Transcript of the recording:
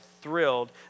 thrilled